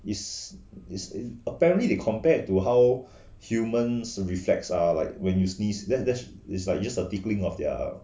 is is is apparently they compared to how humans reflects are like when you sneeze then that is like just a tingling of their